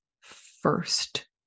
first